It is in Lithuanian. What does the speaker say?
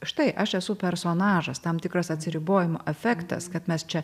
štai aš esu personažas tam tikras atsiribojimo efektas kad mes čia